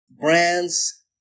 brands